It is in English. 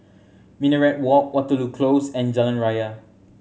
Minaret Walk Waterloo Close and Jalan Raya